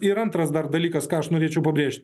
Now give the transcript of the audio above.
ir antras dar dalykas ką aš norėčiau pabrėžt